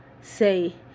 say